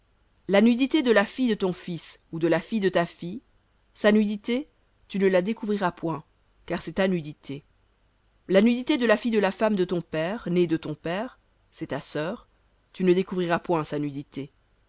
la nudité de la fille de ton fils ou de la fille de ta fille sa nudité tu ne la découvriras point car c'est ta nudité la nudité de la fille de la femme de ton père née de ton père c'est ta sœur tu ne découvriras point sa nudité